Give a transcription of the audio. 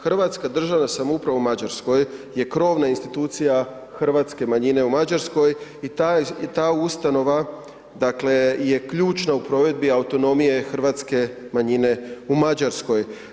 Hrvatska državna samouprava u Mađarskoj je krovna institucija hrvatske manjine u Mađarskoj i ta ustanova, dakle je ključna u provedbi autonomije hrvatske manjine u Mađarskoj.